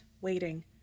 waiting